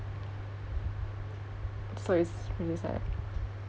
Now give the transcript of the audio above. so it's really sad